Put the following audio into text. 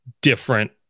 different